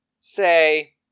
say